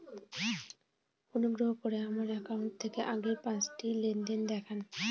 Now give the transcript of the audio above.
অনুগ্রহ করে আমার অ্যাকাউন্ট থেকে আগের পাঁচটি লেনদেন দেখান